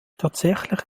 tatsächlich